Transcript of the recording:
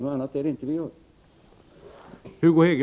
Något annat är det inte vi gör.